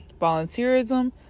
volunteerism